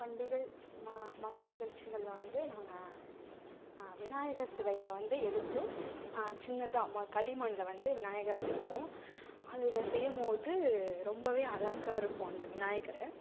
பண்டிகை ம மத நிகழ்ச்சிகள்ல வந்து நாங்கள் விநாயகர் சிலையை வந்து எடுத்து சின்னதாக ம களிமண்ணில் வந்து விநாயகர் செய்வோம் அதில் செய்யுபோது ரொம்பவே அழகா இருக்கும் அந்த விநாயகரை